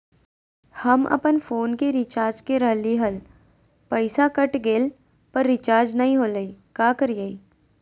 हम अपन फोन के रिचार्ज के रहलिय हल, पैसा कट गेलई, पर रिचार्ज नई होलई, का करियई?